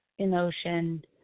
emotion